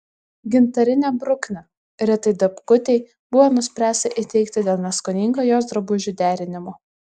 gintarinę bruknę ritai dapkutei buvo nuspręsta įteikti dėl neskoningo jos drabužių derinimo